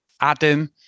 Adam